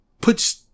puts